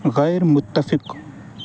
غیر متفق